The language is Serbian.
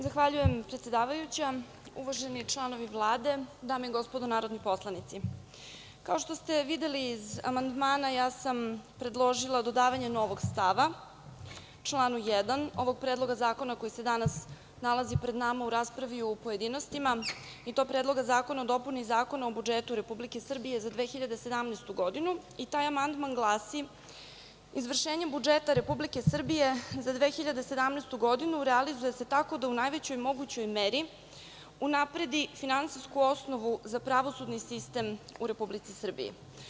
Zahvaljujem predsedavajuća, uvaženi članovi Vlade, dame i gospodo narodni poslanici, kao što ste videli iz amandman ja sam predložila dodavanje novog stava člana 1. ovog Predloga zakona koji se danas nalazi pred nama u raspravi u pojedinostima i to Predloga zakona o dopuni Zakona o budžetu Republike Srbije za 2017. godinu i taj amandman glasi: „Izvršenjem budžeta Republike Srbije za 2017. godinu realizuje se tako da u najvećoj mogućoj meri unapredi finansijsku osnovu za pravosudni sistem u Republici Srbiji“